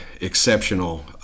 exceptional